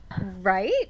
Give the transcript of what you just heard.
Right